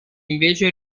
invece